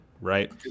right